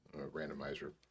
Randomizer